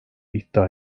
iddia